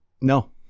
No